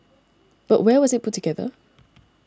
but where was it put together